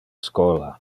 schola